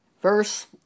Verse